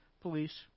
police